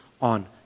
on